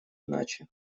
иначе